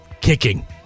kicking